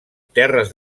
terres